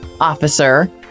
officer